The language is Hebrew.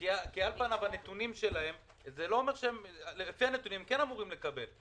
לפי הנתונים שלהם הם כן אמורים לקבל.